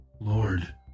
Lord